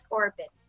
orbit